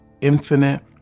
infinite